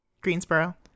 Greensboro